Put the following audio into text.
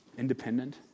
independent